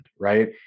right